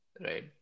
right